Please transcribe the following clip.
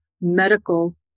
medical